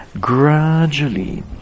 gradually